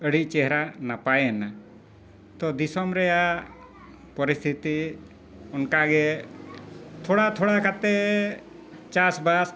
ᱟᱹᱰᱤ ᱪᱮᱦᱨᱟ ᱱᱟᱯᱟᱭᱮᱱᱟ ᱛᱚ ᱫᱤᱥᱚᱢ ᱨᱮᱱᱟᱜ ᱯᱚᱨᱤᱥᱛᱷᱤᱛᱤ ᱚᱱᱠᱟ ᱜᱮ ᱛᱷᱚᱲᱟ ᱛᱷᱚᱲᱟ ᱠᱟᱛᱮᱫ ᱪᱟᱥ ᱵᱟᱥ